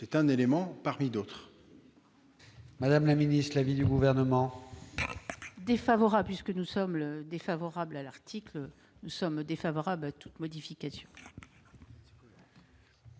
n'est qu'un élément parmi d'autres.